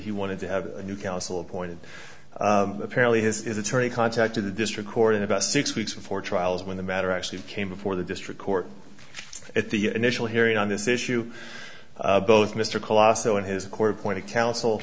he wanted to have a new counsel appointed apparently his is attorney contact to the district court in about six weeks before trial when the matter actually came before the district court at the initial hearing on this issue both mr colossal in his court appointed counsel